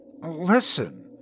Listen